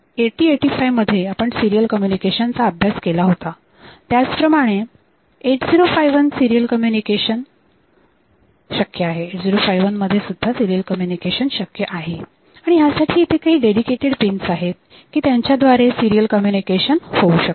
8085 मध्ये आपण सिरीयल कम्युनिकेशनचा अभ्यास केला होता त्याच प्रमाणे 8051 सिरीयल कम्युनिकेशन शक्य आहे आणि ह्यासाठी इथे काही डेडिकेटेड पिन आहेत की त्यांच्याद्वारे सिरियल कम्युनिकेशन होऊ शकते